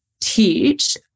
teach